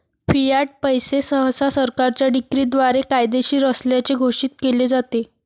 Fiat पैसे सहसा सरकारच्या डिक्रीद्वारे कायदेशीर असल्याचे घोषित केले जाते